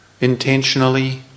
intentionally